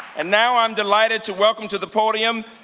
and now i'm delighted to welcome to the podium.